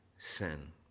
Sin